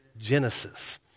Genesis